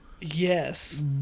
Yes